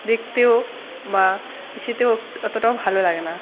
দেখতেও বা ইশেতেও অতটাও ভালো লাগে না